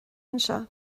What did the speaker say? anseo